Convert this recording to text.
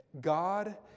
God